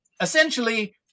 Essentially